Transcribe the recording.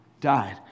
died